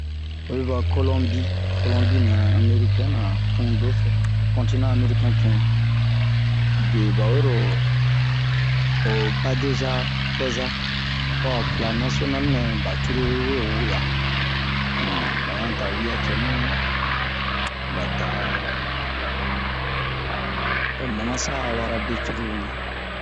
oyi va Kolonbi Kolonbi nɛ a amerikɛn-na tun doso ho kontinan amerikɛn tun be ɓa wero ho badeza-pɛza ho a ho pla nasiyonal nɛ ɓa curulu we we'a um ɓa ɲan da wiya cɛnu ɓa da ho namasa a wara be curulu ɲan